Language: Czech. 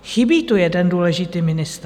Chybí tu jeden důležitý ministr.